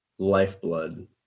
lifeblood